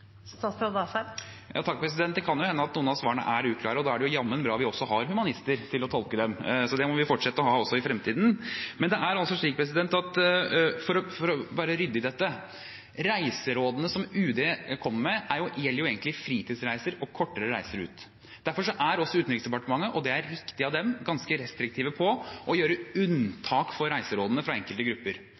Det kan jo hende at noen av svarene er uklare, og da er det jammen bra at vi også har humanister til å tolke dem, så det må vi fortsette å ha også i fremtiden. Men for å være ryddig i dette: Reiserådene som UD kommer med, gjelder egentlig fritidsreiser og kortere reiser ut. Derfor er Utenriksdepartementet, og det er riktig av dem, ganske restriktive på å gjøre unntak for reiserådene for enkelte grupper.